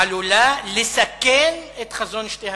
עלולים לסכן את חזון שתי המדינות.